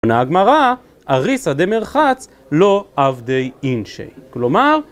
עונה הגמרא: אריסא דמרחץ - לא עבדי אינשי, כלומר